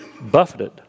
buffeted